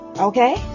okay